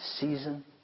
season